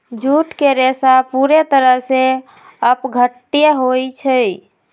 jute के रेशा पूरे तरह से अपघट्य होई छई